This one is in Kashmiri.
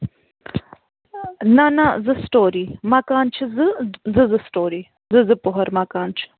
نہَ نہَ زٕ سِٹوری مکان چھِ زٕ زٕ زٕ سِٹوری زٕ زٕ پوٚہر مکان چھُ